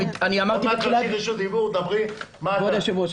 כבוד היושב-ראש,